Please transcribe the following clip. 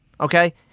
Okay